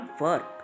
work